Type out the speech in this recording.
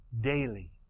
daily